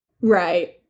Right